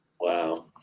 Wow